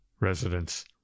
Residents